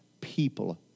people